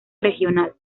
regional